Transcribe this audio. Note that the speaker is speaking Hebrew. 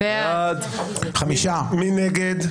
מי נגד?